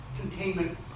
containment